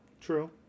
True